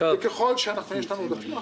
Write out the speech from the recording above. ככל שיש לנו תקציב,